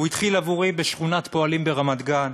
הוא התחיל, עבורי, בשכונת פועלים ברמת-גן,